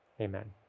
Amen